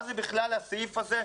מה זה בכלל הסעיף הזה,